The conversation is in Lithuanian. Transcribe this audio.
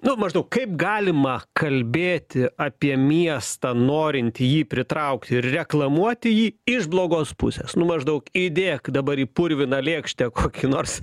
nu maždaug kaip galima kalbėti apie miestą norint į jį pritraukt ir reklamuoti jį iš blogos pusės nu maždaug įdėk dabar į purviną lėkštę kokį nors